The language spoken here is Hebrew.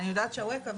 אני יודעת שאווקה,